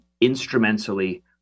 instrumentally